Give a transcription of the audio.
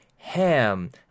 Ham